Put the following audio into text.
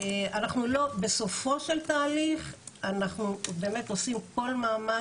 בסופו של תהליך אנחנו באמת עושים כל מאמץ.